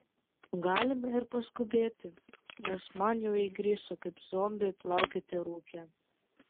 galime ir paskubėti nes man jau įgriso kaip zombiui plaukioti rūke